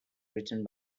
written